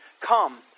Come